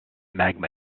magma